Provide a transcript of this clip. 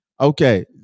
okay